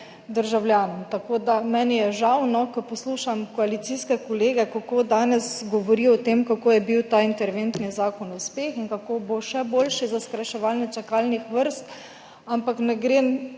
državljanom. Tako da meni je žal, ko poslušam koalicijske kolege, kako danes govorijo o tem, kako je bil ta interventni zakon uspeh in kako bo še boljši za skrajševanje čakalnih vrst, ampak ne gre